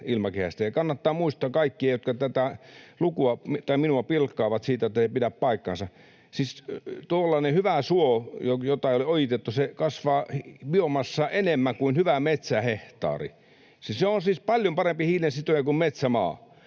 kannattaa muistaa kaikkien, jotka minua pilkkaavat, että ”ei pidä paikkaansa”: Tuollainen hyvä suo, jota ei ole ojitettu, kasvaa biomassaa enemmän kuin hyvä metsähehtaari. Se on siis paljon parempi hiilensitoja kuin metsämaa.